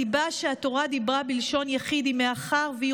הסיבה שהתורה דיברה בלשון יחיד היא מאחר שהיא